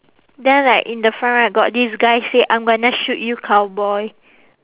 then like in the front right got this guy say I'm gonna shoot you cowboy